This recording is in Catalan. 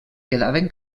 quedaven